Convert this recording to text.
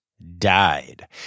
died